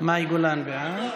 גולן בעד.